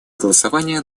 голосования